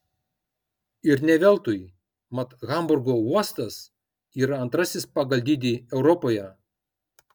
ir ne veltui mat hamburgo uostas yra antrasis pagal dydį europoje